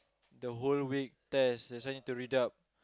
the whole week test that's why need to read up